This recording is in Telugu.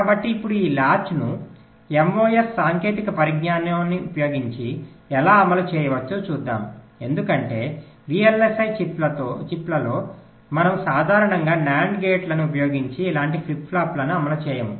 కాబట్టి ఇప్పుడు ఈ లాచెస్ను MOS సాంకేతిక పరిజ్ఞానాన్ని ఉపయోగించి ఎలా అమలు చేయవచ్చో చూద్దాం ఎందుకంటే VLSI చిప్లలో మనము సాధారణంగా NAND గేట్లను ఉపయోగించి ఇలాంటి ఫ్లిప్ ఫ్లాప్లను అమలు చేయము